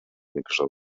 microsoft